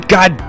God